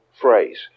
phrase